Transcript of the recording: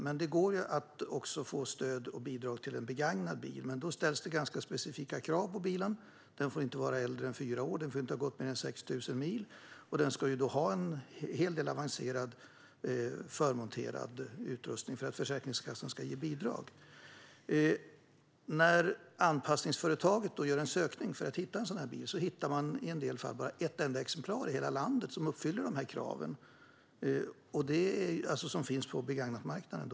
Men det går också att få stöd och bidrag till en begagnad bil. Men då ställs det ganska specifika krav på bilen. Den får inte vara äldre än fyra år, den får inte ha gått mer än 6 000 mil och den ska ha en hel del avancerad förmonterad utrustning för att Försäkringskassan ska ge bidrag. När anpassningsföretaget då gör en sökning för att hitta en sådan bil hittar man i en del fall bara ett enda exemplar på begagnatmarknaden i hela landet som uppfyller kraven.